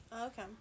Okay